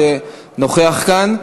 שנוכחים כאן.